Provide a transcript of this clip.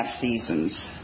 seasons